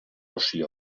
oschi